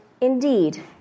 indeed